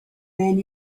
men